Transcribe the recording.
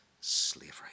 slavery